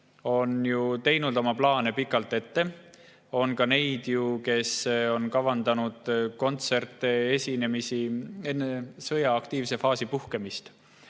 on teinud oma plaane pikalt ette. On neid, kes on kavandanud kontsertesinemisi enne sõja aktiivse faasi puhkemist.